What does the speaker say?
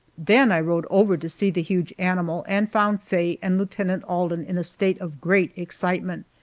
then i rode over to see the huge animal, and found faye and lieutenant alden in a state of great excitement.